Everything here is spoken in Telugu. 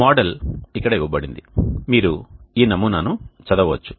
మోడల్ ఇక్కడ ఇవ్వబడింది మీరు ఈ నమూనాను చదవవచ్చు